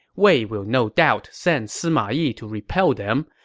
wei will no doubt send sima yi to repel them.